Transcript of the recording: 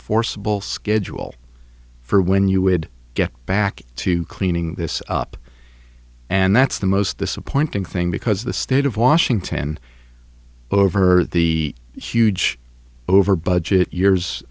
forcible schedule for when you would get back to cleaning this up and that's the most disappointing thing because the state of washington over the huge over budget years